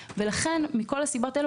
וגם שם יש סמכות לשנות.